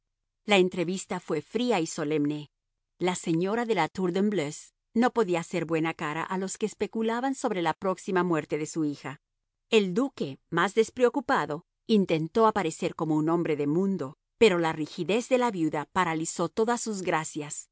la entrevista fue fría y solemne la señora de la tour de embleuse no podía hacer buena cara a los que especulaban sobre la próxima muerte de su hija el duque más despreocupado intentó aparecer como un hombre de mundo pero la rigidez de la viuda paralizó todas sus gracias